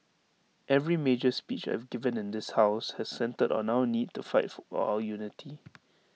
every major speech I've given in this house has centred on our need to fight for our unity